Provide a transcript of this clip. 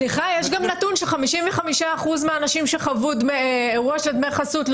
יש גם נתון לפיו 55 אחוזים מהאנשים שחוו אירוע של דמי חסות,